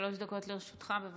שלוש דקות לרשותך, בבקשה.